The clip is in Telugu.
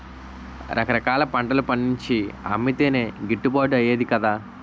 రకరకాల పంటలు పండించి అమ్మితేనే గిట్టుబాటు అయ్యేది కదా